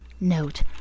Note